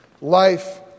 life